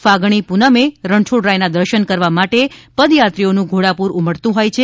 ફાગણી પુનમે રણછોડરાયના દર્શન કરવા માટે પદયાત્રીઓનું ઘોડાપુર ઉમટતું છોથ છે